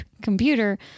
computer